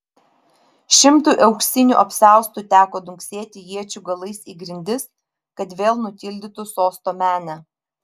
šimtui auksinių apsiaustų teko dunksėti iečių galais į grindis kad vėl nutildytų sosto menę